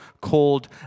called